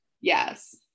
yes